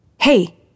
Hey